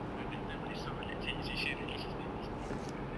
you know that time I saw like Channel NewsAsia released this statistic